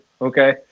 Okay